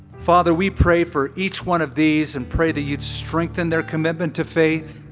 father, we pray for each one of these and pray that you'd strengthen their commitment to faith.